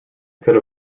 could